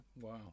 Wow